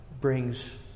brings